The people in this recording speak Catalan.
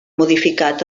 modificat